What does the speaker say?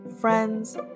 friends